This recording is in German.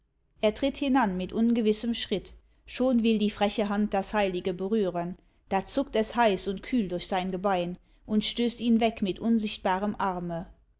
er tritt hinan mit ungewissem schritt schon will die freche hand das heilige berühren da zuckt es heiß und kühl durch sein gebein und stößt ihn weg mit unsichtbarem arme